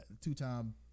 two-time